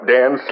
Dan